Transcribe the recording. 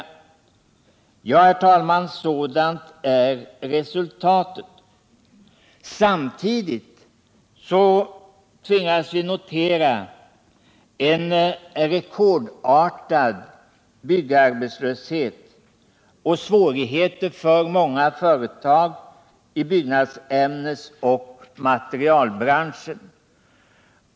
Ja, herr talman, sådant är resultatet! Samtidigt tvingas vi notera att vi har en rekordartad byggarbetslöshet och svårigheter för många företag i byggnadsämnesoch byggnadsmaterialbranschen.